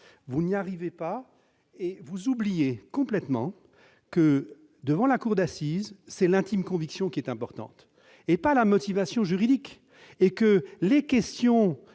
vous n'y arrivez pas, et vous oubliez complètement que, devant la cour d'assises, c'est l'intime conviction qui est importante, et non pas la motivation juridique. Les questions